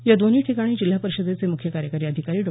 या दोन्ही ठिकाणी जिल्हा परिषदेचे मुख्य कार्यकारी अधिकारी डॉ